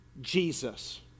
Jesus